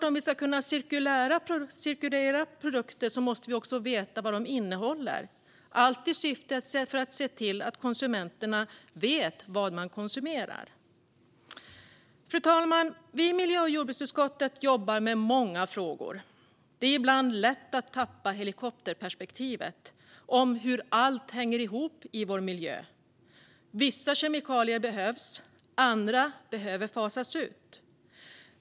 Om vi ska kunna låta produkter cirkulera måste vi ju också veta vad de innehåller, allt i syfte att se till att konsumenterna vet vad de konsumerar. Fru talman! Vi i miljö och jordbruksutskottet jobbar med många frågor. Det är ibland lätt att tappa helikopterperspektivet om hur allt hänger ihop i vår miljö. Vissa kemikalier behövs, medan andra behöver fasas ut.